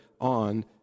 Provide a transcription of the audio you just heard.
on